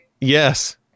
Yes